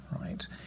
right